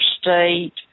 state